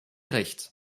recht